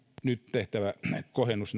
nyt tehtävä kohennus